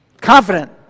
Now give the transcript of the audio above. Confident